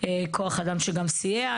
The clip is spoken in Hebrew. כוח אדם שגם סייע,